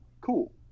cool